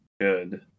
good